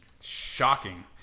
Shocking